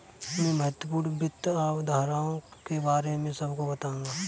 मैं महत्वपूर्ण वित्त अवधारणाओं के बारे में सबको बताऊंगा